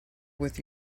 with